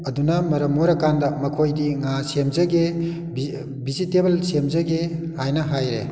ꯑꯗꯨꯅ ꯃꯔꯝ ꯑꯣꯏꯔ ꯀꯥꯟꯗ ꯃꯈꯣꯏꯗꯤ ꯉꯥ ꯁꯦꯝꯖꯒꯦ ꯕꯦꯖꯤꯇꯦꯕꯜ ꯁꯦꯝꯖꯒꯦ ꯍꯥꯏꯅ ꯍꯥꯏꯔꯦ